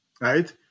right